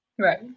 Right